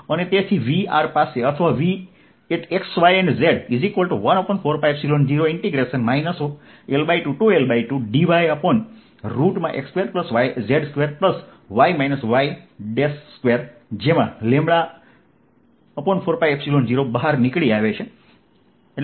તેથી Vr પાસે અથવા Vxyz4π0 L2L2dyx2z2y y2 જેમાં 4π0બહાર નીકળી આવે છે